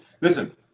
Listen